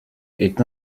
est